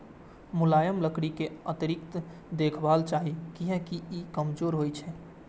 मुलायम लकड़ी कें अतिरिक्त देखभाल चाही, कियैकि ई कमजोर होइ छै